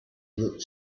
looked